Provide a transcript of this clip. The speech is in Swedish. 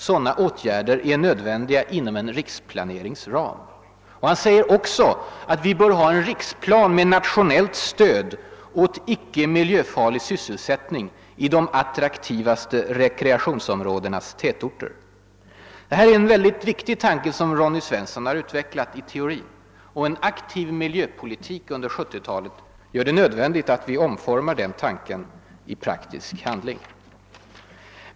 Sådana åtgärder är nödvändiga inom en riksplanerings ram.» Han säger vidare: »Vi bör ha en riksplan med nationellt stöd åt icke miljöfarlig sysselsättning i de attraktivaste rekreationsområdenas tätorter.> Det är en mycket viktig tanke, som Ronny Svensson har utvecklat i teorin. En aktiv miljöpolitik under 1970-talet gör det nödvändigt att vi omformar den tanken i praktisk handling.